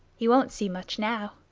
you won't see much now.